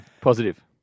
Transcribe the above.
Positive